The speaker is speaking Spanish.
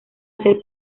hacer